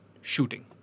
shooting